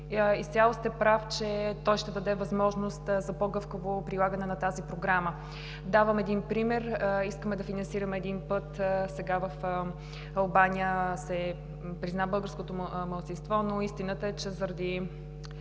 Изцяло сте прав, че той ще даде възможност за по-гъвкаво прилагане на тази Програма. Давам пример. Искаме да финансираме един път – сега в Албания се призна българското малцинство, но истината е, че заради